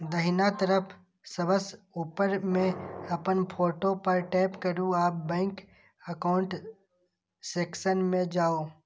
दाहिना तरफ सबसं ऊपर मे अपन फोटो पर टैप करू आ बैंक एकाउंट सेक्शन मे जाउ